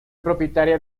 propietaria